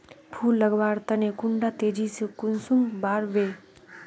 फुल लगवार तने कुंडा तेजी से कुंसम बार वे?